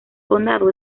condado